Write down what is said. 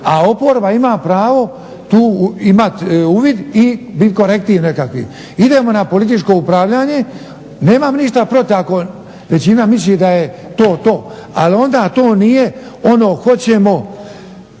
a oporba ima pravo tu imat uvid i bit korektiv nekakvi. Idemo na političko upravljanje. Nemam ništa protiv ako većina misli da je to, to. Ali onda to nije ono hoćemo